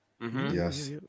Yes